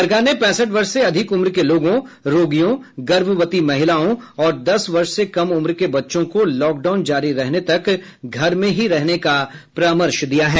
सरकार ने पैंसठ वर्ष से अधिक उम्र के लोगों रोगियों गर्भवती महिलाओं और दस वर्ष से कम उम्र के बच्चों को लॉकडाउन जारी रहने तक घर में ही रहने का परामर्श दिया है